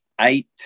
eight